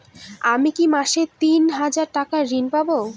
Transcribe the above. আমি কি মাসে তিন হাজার টাকার ঋণ পাবো?